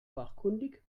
fachkundig